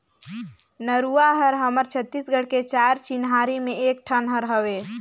नरूवा हर हमर छत्तीसगढ़ के चार चिन्हारी में एक ठन हर हवे